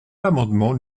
l’amendement